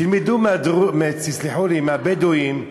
תלמדו, תסלחו לי, מהבדואים.